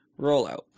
Rollout